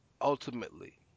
ultimately